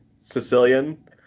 Sicilian